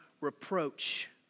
reproach